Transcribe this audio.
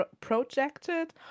projected